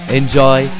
enjoy